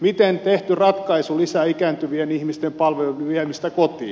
miten tehty ratkaisu lisää ikääntyvien ihmisten palveluiden viemistä kotiin